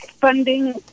funding